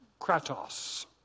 kratos